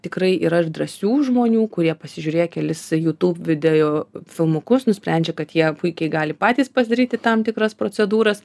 tikrai yra ir drąsių žmonių kurie pasižiūrėję kelis jū tū video filmukus nusprendžia kad jie puikiai gali patys pasidaryti tam tikras procedūras